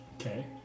Okay